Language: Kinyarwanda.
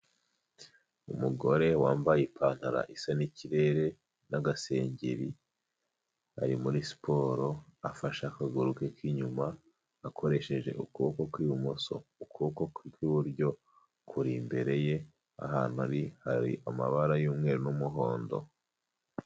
Umugore wambaye ipantaro isa n'ikirere n'agasengeri ari muri siporo, afashe akaguru ke k'inyuma akoresheje ukuboko kw'ibumoso, ukuboko kwe kw'iburyo kuri imbere ye, ahantu ari hari amabara y'umweru n'umuhondo.